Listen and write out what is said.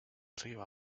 arriba